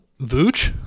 Vooch